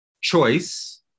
choice